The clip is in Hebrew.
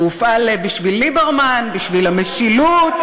והופעל בשביל ליברמן בשביל המשילות,